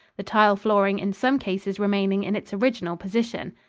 the tile flooring in some cases remaining in its original position.